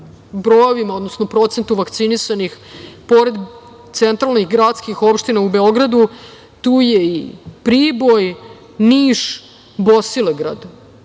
brojevima, odnosno procentima vakcinisanih, pored centralnih gradskih opština u Beogradu, tu je i Priboj, Niš, Bosilegrad.